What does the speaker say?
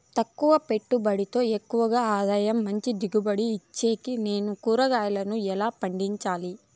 తక్కువ పెట్టుబడితో ఎక్కువగా ఆదాయం మంచి దిగుబడి ఇచ్చేకి నేను కూరగాయలను ఎలా పండించాలి?